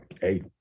Hey